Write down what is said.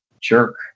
jerk